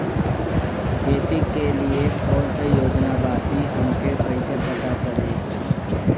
खेती के लिए कौने योजना बा ई हमके कईसे पता चली?